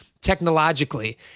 technologically